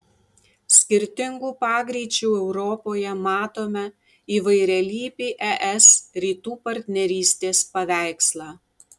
skirtingų pagreičių europoje matome įvairialypį es rytų partnerystės paveikslą